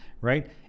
right